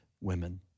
women